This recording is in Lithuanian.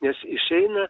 nes išeina